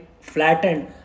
flattened